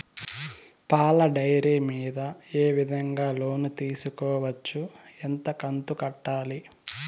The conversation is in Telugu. పాల డైరీ మీద ఏ విధంగా లోను తీసుకోవచ్చు? ఎంత కంతు కట్టాలి?